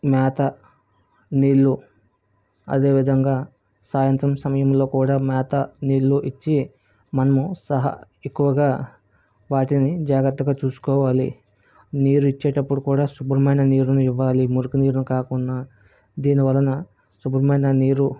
మేత నీళ్ళు అదేవిధంగా సాయంత్రం సమయంలో కూడా మేత నీళ్ళు ఇచ్చి మనము సహా ఎక్కువగా వాటిని జాగ్రత్తగా చూసుకోవాలి నీరు ఇచ్చేటప్పుడు కూడా శుభ్రమైన నీరును ఇవ్వాలి మురికి నీరును కాకుండా దీనివలన శుభ్రమైన నీరు